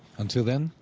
until then,